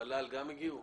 מל"ל גם הגיעו?